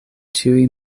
ĉiuj